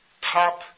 top